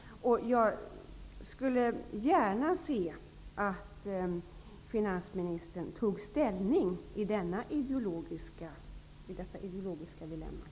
Jag skulle gärna se att finansministern tog ställning i detta ideologiska dilemma.